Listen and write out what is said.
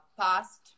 past